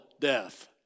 death